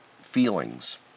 feelings